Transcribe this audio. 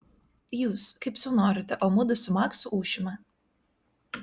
jūs kaip sau norite o mudu su maksu ūšime